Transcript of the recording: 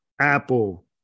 apple